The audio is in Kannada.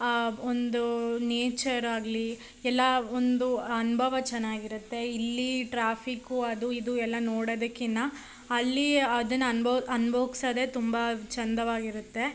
ಒಂದು ನೇಚರ್ ಆಗಲಿ ಎಲ್ಲ ಒಂದು ಅನುಭವ ಚೆನ್ನಾಗಿರುತ್ತೆ ಇಲ್ಲೀ ಟ್ರಾಫಿಕು ಅದು ಇದು ಎಲ್ಲ ನೋಡೋದಕ್ಕಿನ್ನ ಅಲ್ಲಿ ಅದನ್ನ ಅನ್ಭವ ಅನ್ಬೋಗ್ಸೋದೇ ತುಂಬ ಚಂದವಾಗಿರುತ್ತೆ